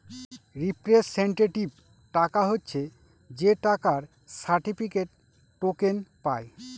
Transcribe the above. representative টাকা হচ্ছে যে টাকার সার্টিফিকেটে, টোকেন পায়